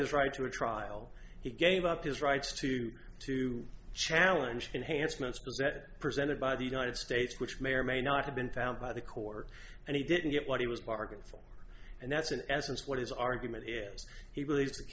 his right to a trial he gave up his rights to to challenge enhanced missiles that presented by the united states which may or may not have been found by the court and he didn't get what he was bargained for and that's in essence what his argument is he believes